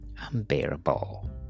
unbearable